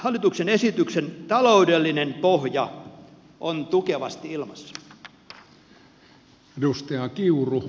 hallituksen esityksen taloudellinen pohja on tukevasti ilmassa